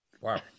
Wow